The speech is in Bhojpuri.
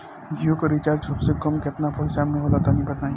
जियो के रिचार्ज सबसे कम केतना पईसा म होला तनि बताई?